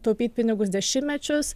taupyt pinigus dešimtmečius